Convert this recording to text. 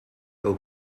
ook